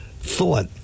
thought